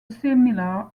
similar